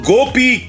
Gopi